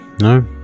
No